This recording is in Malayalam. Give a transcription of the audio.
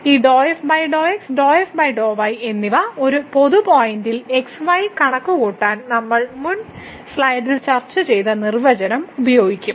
ഈ എന്നിവ ഒരു പൊതു പോയിന്റിൽ x y കണക്കുകൂട്ടാൻ നമ്മൾ മുൻ സ്ലൈഡിൽ ചർച്ച ചെയ്ത നിർവചനം ഉപയോഗിക്കും